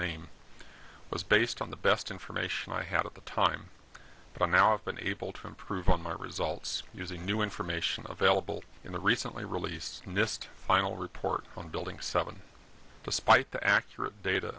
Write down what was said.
name was based on the best information i had at the time but now i've been able to improve on my results using new information available in the recently released nist final report on building seven despite the accurate data